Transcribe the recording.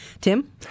Tim